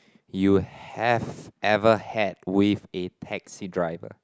you have ever had with a taxi driver